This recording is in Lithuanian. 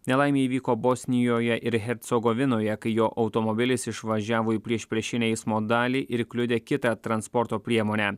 nelaimė įvyko bosnijoje ir hercogovinoje kai jo automobilis išvažiavo į priešpriešinę eismo dalį ir kliudė kitą transporto priemonę